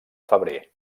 febrer